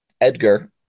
Edgar